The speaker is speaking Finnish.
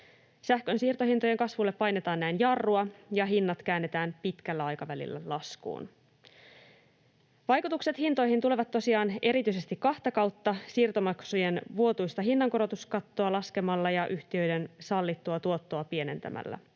Sähkön siirtohintojen kasvulle painetaan näin jarrua ja hinnat käännetään pitkällä aikavälillä laskuun. Vaikutukset hintoihin tulevat tosiaan erityisesti kahta kautta: siirtomaksujen vuotuista hinnankorotuskattoa laskemalla ja yhtiöiden sallittua tuottoa pienentämällä.